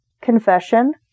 confession